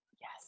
yes